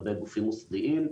לגבי גופים מוסדיים.